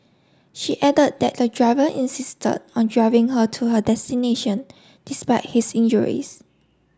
she added that the driver insisted on driving her to her destination despite his injuries